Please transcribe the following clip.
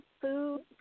food